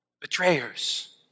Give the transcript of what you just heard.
betrayers